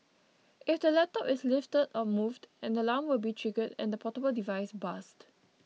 if the laptop is lifted or moved an alarm will be triggered and the portable device buzzed